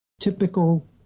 typical